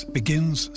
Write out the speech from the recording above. begins